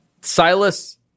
silas